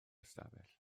ystafell